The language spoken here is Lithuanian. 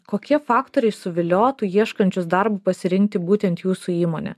kokie faktoriai suviliotų ieškančius darbo pasirinkti būtent jūsų įmonę